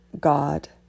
God